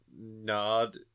nod